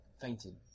Fainted